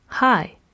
Hi